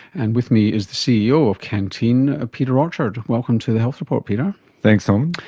and with me is the ceo of canteen, ah peter orchard. welcome to the health report, peter. thanks um